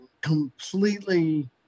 completely